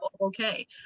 okay